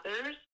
others